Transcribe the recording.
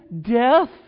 death